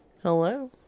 Hello